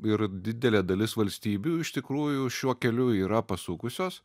ir didelė dalis valstybių iš tikrųjų šiuo keliu yra pasukusios